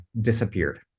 disappeared